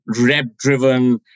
rep-driven